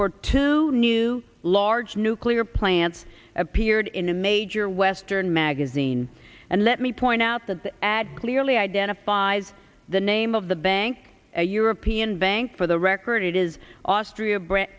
for two new large nuclear plants appeared in a major western magazine and let me point out that the ad clearly identifies the name of the bank a european bank for the record it is austria br